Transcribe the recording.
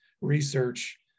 research